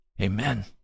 Amen